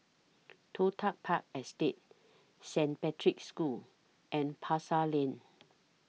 Toh Tuck Park Estate Saint Patrick's School and Pasar Lane